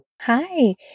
Hi